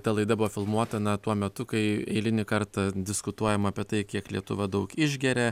ta laida buvo filmuota na tuo metu kai eilinį kartą diskutuojama apie tai kiek lietuva daug išgeria